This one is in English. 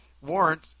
warrant